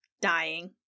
dying